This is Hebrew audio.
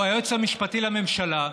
או היועץ המשפטי לממשלה,